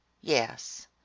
yes